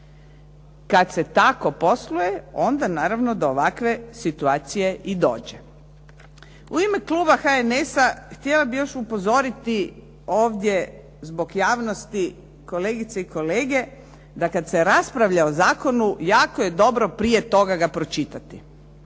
kada se tako posluje, onda naravno do ovakve situacije i dođe. U ime kluba HNS-a htjela bih još upozoriti ovdje zbog javnosti kolegice i kolege da kada se raspravlja o zakonu jako je dobro prije toga ga pročitati.